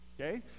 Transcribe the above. okay